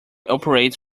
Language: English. operates